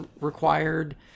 required